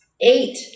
Eight